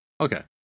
okay